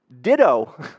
ditto